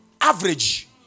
average